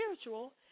spiritual